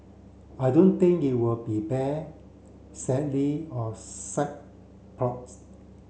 I don't think it would be bear or side plots